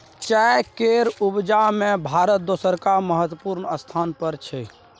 चाय केर उपजा में भारत दोसर महत्वपूर्ण स्थान पर छै